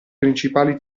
principali